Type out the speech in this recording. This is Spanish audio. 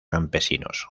campesinos